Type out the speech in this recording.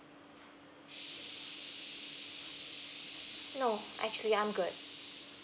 no actually I'm good